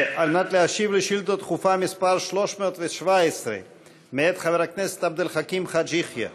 להשיב על שאילתה דחופה מס' 317 מאת חבר הכנסת עבד אל חכים חאג' יחיא.